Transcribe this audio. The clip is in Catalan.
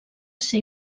ser